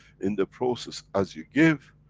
in the process as you give,